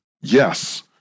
Yes